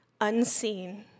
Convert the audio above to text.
unseen